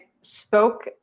spoke